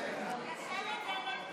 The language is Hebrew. נא להתעלם, זאת טעות שלי.